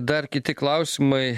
dar kiti klausimai